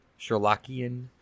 Sherlockian